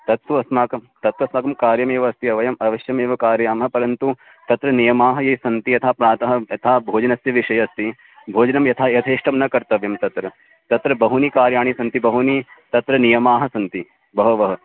तत्तु अस्माकं तत् अस्माकं कार्यमेव अस्ति वयम् अवश्यमेव कारयामः परन्तु तत्र नियमाः ये सन्ति यथा प्रातः यथा भोजनस्य विषये अस्ति भोजनं यथा यथेष्टं न कर्तव्यं तत्र तत्र बहूनि कार्याणि सन्ति बहवः तत्र नियमाः सन्ति बहवः